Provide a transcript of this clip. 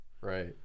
right